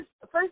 first